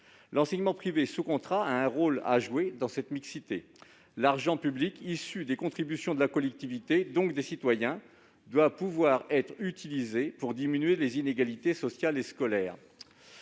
L'enseignement privé sous contrat a un rôle à jouer dans cette mixité. L'argent public issu des contributions de la collectivité, donc des citoyens, doit être utilisé pour réduire les inégalités sociales et scolaires.